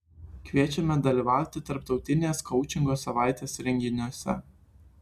kviečiame dalyvauti tarptautinės koučingo savaitės renginiuose